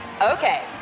Okay